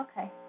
Okay